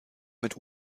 mit